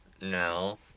No